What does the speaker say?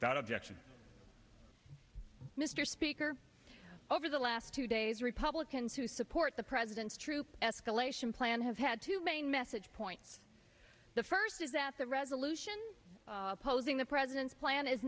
got objection mr speaker over the last two days republicans who support the president's troop escalation plan has had to have a message point the first is that the resolution opposing the president's plan is